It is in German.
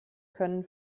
können